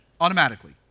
automatically